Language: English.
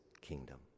kingdom